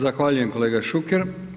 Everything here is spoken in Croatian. Zahvaljujem kolega Šuker.